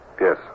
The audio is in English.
Yes